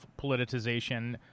politicization